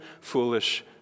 foolish